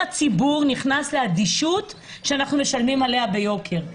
שהציבור נכנס לאדישות שאנחנו משלמים עליה ביוקר.